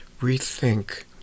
rethink